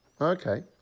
Okay